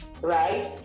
right